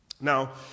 Now